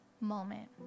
moment